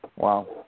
Wow